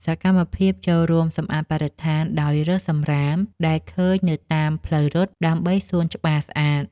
សកម្មភាពចូលរួមសម្អាតបរិស្ថានដោយរើសសម្រាមដែលឃើញនៅតាមផ្លូវរត់ ដើម្បីសួនច្បារស្អាត។